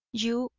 you,